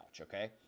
okay